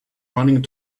running